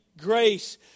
grace